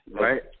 Right